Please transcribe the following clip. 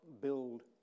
build